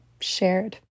shared